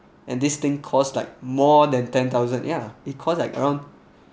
and this thing cause like more than ten thousand yeah it cost like around